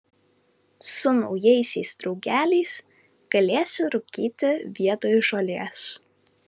su naujaisiais draugeliais galėsi rūkyti vietoj žolės